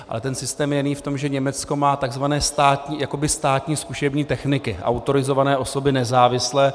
Ale ten systém je jiný v tom, že Německo má takzvané jakoby státní zkušební techniky, autorizované osoby nezávislé.